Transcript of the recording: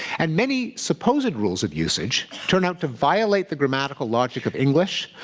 and many supposed rules of usage turn out to violate the grammatical logic of english,